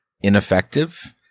ineffective